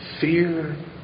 fear